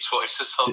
choices